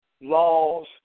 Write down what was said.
laws